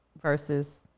versus